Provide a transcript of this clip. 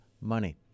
money